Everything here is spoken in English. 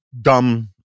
dumb